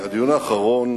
הדיון האחרון